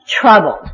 troubled